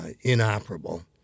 inoperable